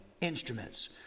instruments